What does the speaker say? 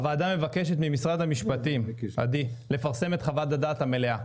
הוועדה מבקשת ממשרד המשפטים לפרסם את חוות הדעת המלאה.